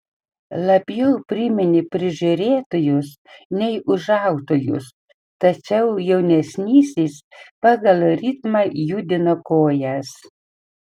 labiau priminė prižiūrėtojus nei ūžautojus tačiau jaunesnysis pagal ritmą judino kojas